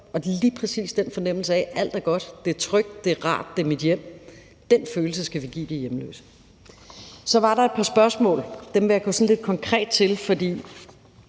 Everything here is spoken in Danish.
er lige præcis den følelse af, at alt er godt, at det er trygt, at det er rart, at det er ens hjem, som vi skal give de hjemløse. Så var der et par spørgsmål, og dem vil jeg gå sådan lidt konkret til.